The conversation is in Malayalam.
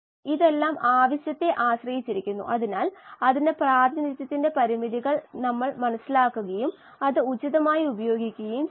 ഇതാണ് ബയോറിയാക്റ്ററിന്റെ kLa കണ്ടുപിടിക്കാൻ നടത്തുന്ന പരീക്ഷണം